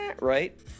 Right